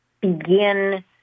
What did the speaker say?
begin